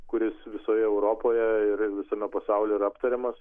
kuris visoje europoje ir visame pasaulyje yra aptariamas